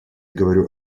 говорю